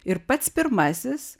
ir pats pirmasis